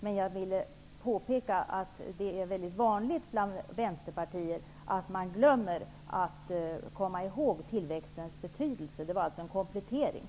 Jag ville emellertid ändå påpeka att det är väldig vanligt bland vänsterpartier att man glömmer att komma ihåg tillväxtens betydelse. Det var alltså en komplettering.